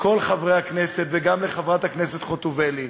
לכל חברי הכנסת וגם לחברת הכנסת חוטובלי,